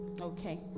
Okay